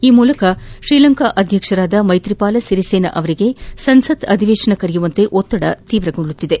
ಈ ಮೂಲಕ ಶ್ರೀಲಂಕಾ ಅಧ್ಯಕ್ಷ ಮೈತ್ರಿಪಾಲ ಸಿರಿಸೇನಾ ಅವರಿಗೆ ಸಂಸತ್ ಅಧಿವೇಶನ ಕರೆಯುವಂತೆ ಒತ್ತಡ ತೀವ್ರಗೊಂಡಿದೆ